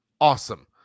Awesome